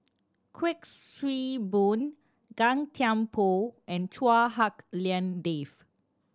Kuik Swee Boon Gan Thiam Poh and Chua Hak Lien Dave